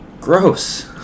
Gross